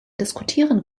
diskutieren